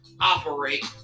operate